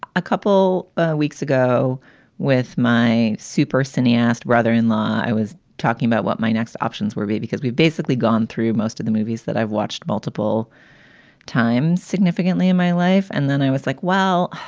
a couple weeks ago with my super cineaste brother in law, i was talking about what my next options were be, because we've basically gone through most of the movies that i've watched multiple times significantly in my life and then i was like, wow.